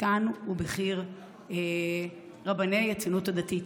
זקן ובכיר רבני הציונות הדתית.